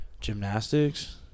Gymnastics